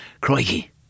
Crikey